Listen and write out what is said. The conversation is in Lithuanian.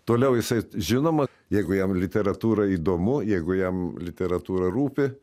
toliau jisai žinoma jeigu jam literatūra įdomu jeigu jam literatūra rūpi